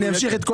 אמשיך את כל